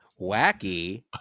Wacky